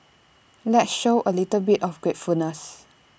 let's show A little bit of gratefulness